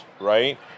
right